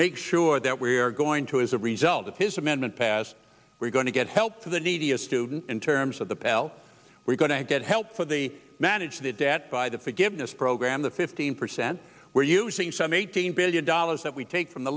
make sure that we are going to as a result of his amendment passed we're going to get help to the neediest students in terms of the pell we're going to get help for the manage the debt by the forgiveness program the fifteen percent we're using some eighteen billion dollars that we take from the